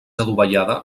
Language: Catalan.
adovellada